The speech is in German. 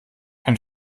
ein